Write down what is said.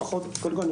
קודם כול,